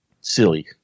silly